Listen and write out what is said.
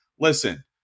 listen